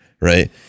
right